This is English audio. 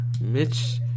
Mitch